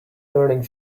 burning